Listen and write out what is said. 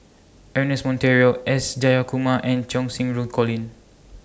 Ernest Monteiro S Jayakumar and Cheng Xinru Colin